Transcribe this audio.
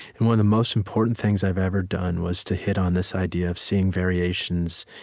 and one of the most important things i've ever done was to hit on this idea of seeing variations